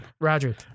Roger